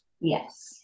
yes